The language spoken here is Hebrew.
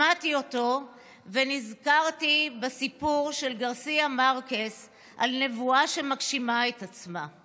שמעתי אותו ונזכרתי בסיפור של גארסיה מארקס על נבואה שמגשימה את עצמה.